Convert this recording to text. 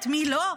את מי לא,